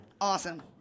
Awesome